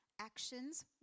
actions